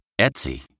Etsy